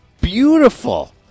beautiful